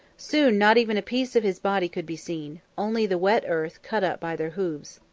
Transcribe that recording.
soon not even a piece of his body could be seen only the wet earth cut up by their hoofs.